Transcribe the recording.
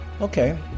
okay